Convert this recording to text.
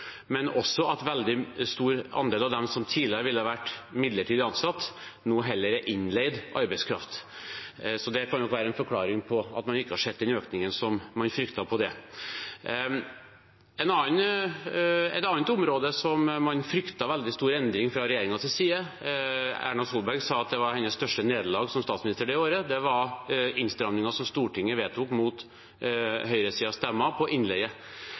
men også at en veldig stor andel av dem som tidligere ville vært midlertidig ansatt, nå heller er innleid arbeidskraft. Det kan nok være en forklaring på at man ikke har sett den økningen som man frykter der. Et annet område hvor man fryktet en veldig stor endring fra regjeringens side – Erna Solberg sa at det var hennes største nederlag som statsminister det året – var innstrammingen som Stortinget vedtok, mot høyresidens stemmer, av innleie.